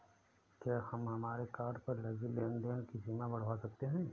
क्या हम हमारे कार्ड पर लगी लेन देन की सीमा बढ़ावा सकते हैं?